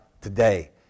today